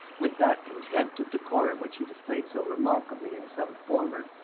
with that contempt of decorum which he displayed so remarkably in some former,